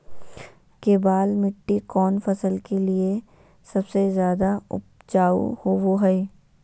केबाल मिट्टी कौन फसल के लिए सबसे ज्यादा उपजाऊ होबो हय?